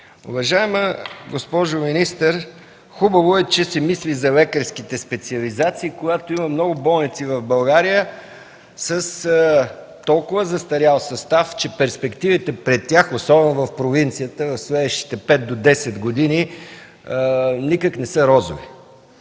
Уважаема госпожо министър, хубаво е, че се мисли за лекарските специализации, когато има много болници в България с толкова застарял състав, че перспективите пред тях, особено в провинцията през следващите пет до десет години, никак не са розови.